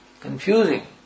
confusing